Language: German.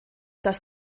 dass